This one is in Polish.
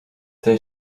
ten